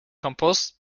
composed